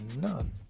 none